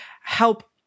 help